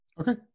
Okay